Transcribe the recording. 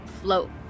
float